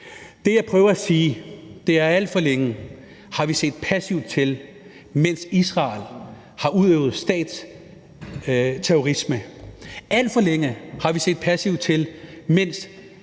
Det, jeg prøver at sige, er, at vi alt for længe har set passivt til, mens Israel har udøvet statsterrorisme. Alt for længe har vi set passivt til, mens